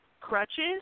crutches